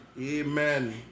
Amen